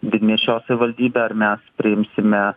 didmiesčio savivaldybę ar mes priimsime